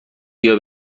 بیا